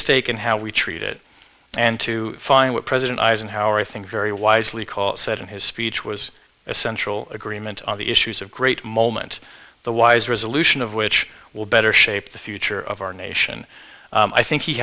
stake in how we treat it and to find what president eisenhower i think very wisely call said in his speech was essential agreement on the issues of great moment the wise resolution of which will better shape the future of our nation i think he